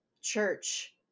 church